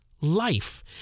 life